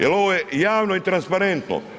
Jer ovo je javno i transparentno.